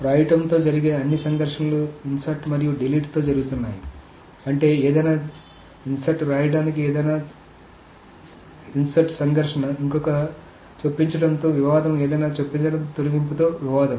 వ్రాయడంతో జరిగే అన్ని సంఘర్షణలు ఇన్సర్ట్ మరియు డిలీట్తో జరుగుతున్నాయి అంటే ఏదైనా చొప్పించడం వ్రాయడానికి ఏదైనా చొప్పించడం సంఘర్షణ ఇంకొక చొప్పించడం తో వివాదం ఏదైనా చొప్పించడం తొలగింపుతో వివాదం